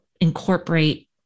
incorporate